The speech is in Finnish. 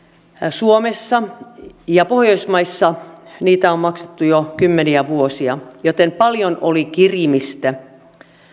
suomessa ja pohjoismaissa niitä on maksettu jo kymmeniä vuosia joten paljon oli kirimistä